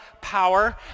power